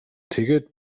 тэгээд